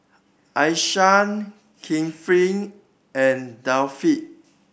Aishah Kefli and Taufik